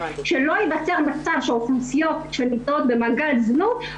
שלא ייווצר מצב שאוכלוסיות שנמצאות במגע עם זנות,